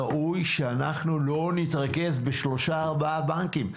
ראוי שאנחנו לא נתרכז בשלושה או ארבעה בנקים,